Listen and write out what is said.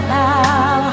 now